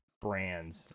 brands